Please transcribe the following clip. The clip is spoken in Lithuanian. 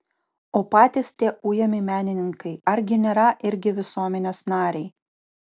o patys tie ujami menininkai argi nėra irgi visuomenės nariai